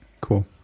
Cool